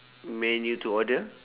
menu to order